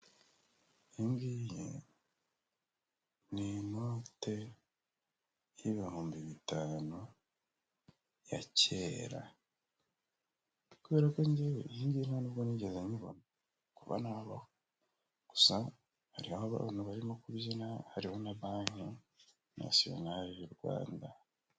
Iyi ngiyi ni inote y'ibihumbi bitanu ya kera, kubera ko njyewe iyi ngiyi sinigeze nyibona kuva nabaho, gusa hariho abantu barimo kubyina, hariho na banki nasiyonari y'u Rwanda.